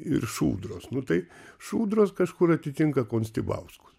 ir šūdros nu tai šūdros kažkur atitinka konstibauskus